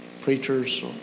preachers